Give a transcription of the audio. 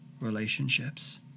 relationships